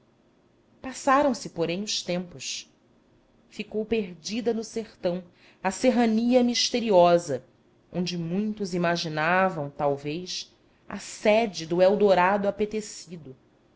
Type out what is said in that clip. passaram-se porém os tempos ficou perdida no sertão a serraria misteriosa onde muitos imaginavam talvez a sede do eldorado apetecido